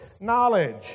knowledge